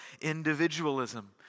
individualism